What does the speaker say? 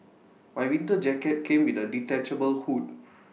my winter jacket came with A detachable hood